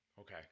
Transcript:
Okay